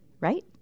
right